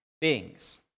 beings